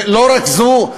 ולא רק זו,